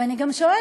ואני גם שואלת,